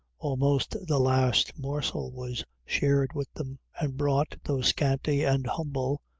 almost the last morsel was shared with them, and brought, though scanty and humble,